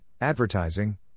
advertising